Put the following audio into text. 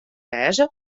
wêze